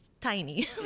tiny